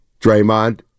Draymond